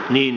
niin